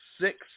six